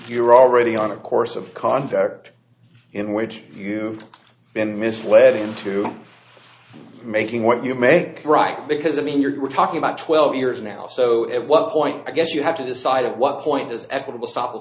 you're already on a course of conduct in which you then misled into making what you make right because i mean you're talking about twelve years now so at what point i guess you have to decide at what point is equitable stop